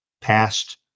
past